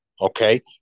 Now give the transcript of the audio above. Okay